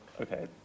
okay